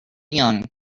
young